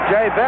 Jay